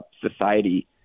society